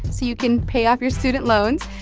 so you can pay off your student loans.